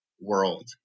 world